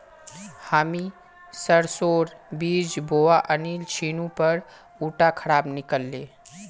हामी सरसोर बीज बोवा आनिल छिनु पर उटा खराब निकल ले